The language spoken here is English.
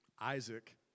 Isaac